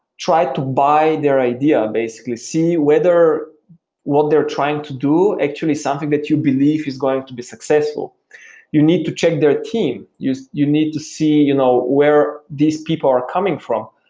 try to buy their idea, basically see whether what they're trying to do actually something that you believe is going to be successful you need to check their team. you you need to see you know where these people are coming from,